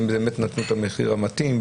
האם באמת נתנו את המחיר המתאים,